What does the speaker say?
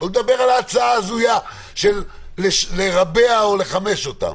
ולא נדבר על ההצעה הזויה של לרבע או לחמש אותן